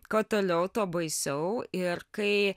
kuo toliau tuo baisiau ir kai